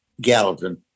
gallatin